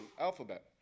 alphabet